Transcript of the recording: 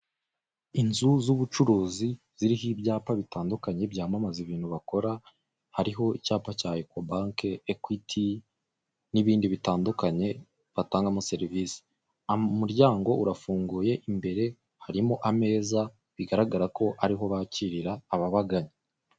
Inzu z'ubucuruzi ziriho ibyapa bitandukanye byamamaza ibintu bakora hariho ibyapa bya ECO Bank Equity n'ibindi bitandukanye batangamo serivise, umuryango urafunguye imbere hariho ameza bigaragara ko ariho bakirira ababagana.